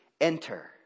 enter